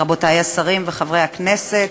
רבותי השרים וחברי הכנסת.